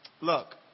Look